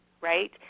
right